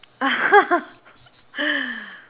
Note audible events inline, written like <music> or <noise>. <laughs>